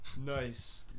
Nice